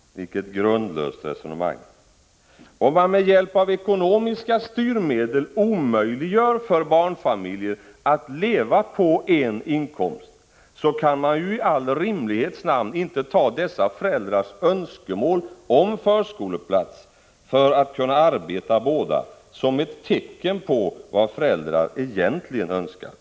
Vilket grundlöst resonemang! Om man med hjälp av ekonomiska styrmedel omöjliggör för barnfamiljer att leva på en enda inkomst, så kan man ju i all rimlighets namn inte ta dessa föräldrars önskemål om förskoleplats, för att kunna arbeta båda, som ett — Prot. 1985/86:43 tecken på vad föräldrar egentligen önskar.